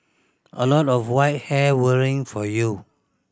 a lot of white hair worrying for you